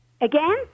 again